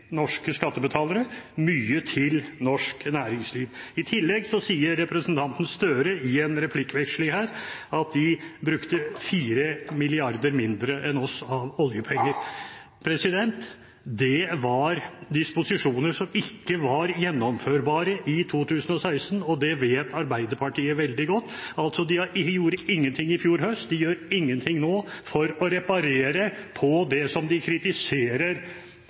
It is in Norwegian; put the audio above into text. norske skattebetalere, mye til norsk næringsliv. I tillegg sier representanten Gahr Støre i en replikkveksling her at de brukte fire milliarder mindre enn oss av oljepenger. Det var disposisjoner som ikke var gjennomførbare i 2016, og det vet Arbeiderpartiet veldig godt. De gjorde ingenting i fjor høst, og de gjør ingenting nå for å reparere på det som de kritiserer